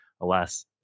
alas